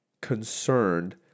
Concerned